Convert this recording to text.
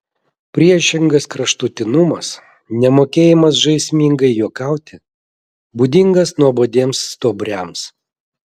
priešingas kraštutinumas nemokėjimas žaismingai juokauti būdingas nuobodiems stuobriams